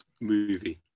movie